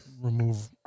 remove